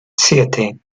siete